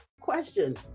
Question